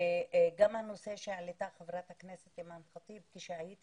שגם הנושא שהעלתה חברת הכנסת אימאן ח'טיב, כשהייתי